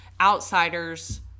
outsiders